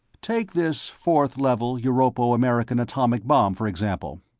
take this fourth level europo-american atomic bomb, for example.